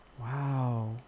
Wow